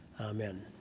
Amen